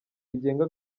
rigenga